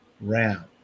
RAM